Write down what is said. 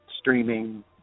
streaming